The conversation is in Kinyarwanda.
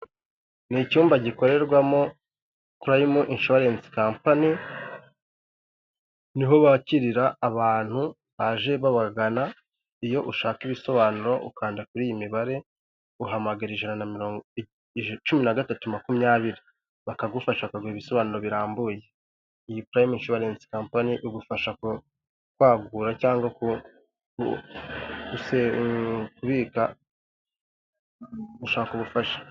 Ni icyumba gikorerwamo Prime Insurence kampani, niho bakirira abantu baje babagana iyo ushaka ibisobanuro ukanda kuri iyi mibare uhamagara ijana na cumi nagatatu makumyabiri bakagufasha ukaguraha ibisobanuro birambuye iyi prime insurence kampani, igufasha kwagura cyangwaka ushaka ubufasha.